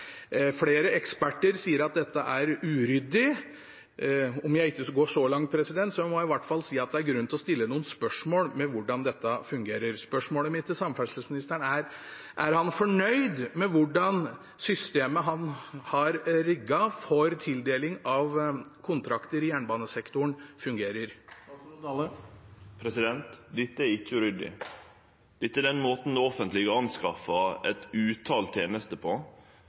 Flere eksperter sier at dette er uryddig. Om jeg ikke går så langt, må jeg i hvert fall si at det er grunn til å stille noen spørsmål ved hvordan dette fungerer. Spørsmålet mitt til samferdselsministeren er: Er han fornøyd med hvordan systemet han har rigget for tildeling av kontrakter i jernbanesektoren, fungerer? Dette er ikkje uryddig. Dette er den måten det offentlege kjøper eit utal tenester på,